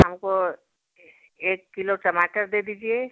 हमको एक किलो टमाटर दे दीजिए